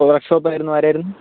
hello വർക്ക്ഷോപ്പായിരുന്നു ആരായിരുന്നു